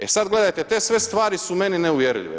E sad gledajte, te sve stvari su meni neuvjerljive.